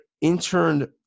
interned